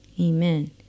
Amen